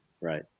right